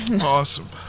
Awesome